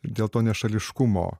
dėl to nešališkumo